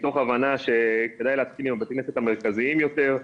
מתוך הבנה שכדאי להתחיל עם הבתי כנסת המרכזיים יותר,